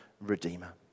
redeemer